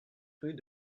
rue